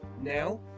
now